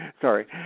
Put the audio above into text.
Sorry